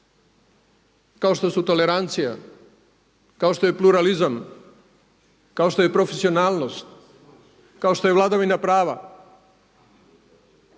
kao što su tolerancija, kao što je pluralizam, kao što je profesionalnost, kao što je vladavina prava